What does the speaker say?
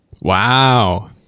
Wow